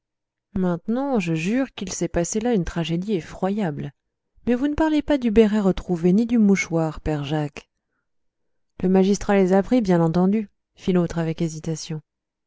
maintenant je jure qu'il s'est passé là une tragédie effroyable mais vous ne parlez pas du béret retrouvé ni du mouchoir père jacques le magistrat les a pris bien entendu fit l'autre avec hésitation